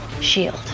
shield